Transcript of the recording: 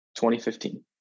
2015